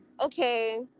okay